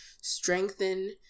strengthen